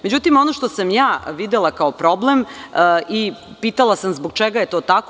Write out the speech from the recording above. Međutim, ono što sam videla kao problem i pitala sam zbog čega je to tako.